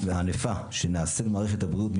והענפה שנעשית במערכת הבריאות,